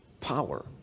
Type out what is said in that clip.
power